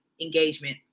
engagement